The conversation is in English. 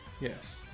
yes